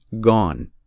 gone